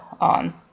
on